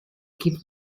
gibt